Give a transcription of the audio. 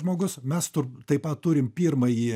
žmogus mes tur taip pat turim pirmąjį